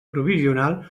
provisional